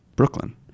Brooklyn